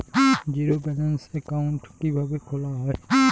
Zero balance account কিভাবে খোলা হয়?